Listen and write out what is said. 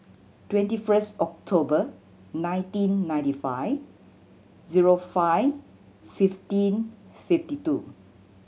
twenty first October nineteen ninety five zero five fifteen fifty two